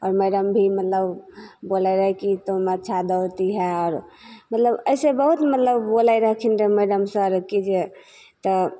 आओर मैडम भी मतलब बोलै रहै कि तुम अच्छा दौड़ती है आओर मतलब अएसे बहुत मतलब बोलै रहखिन मैडम सर कि जे तऽ